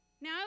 now